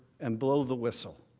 and blow the whistle.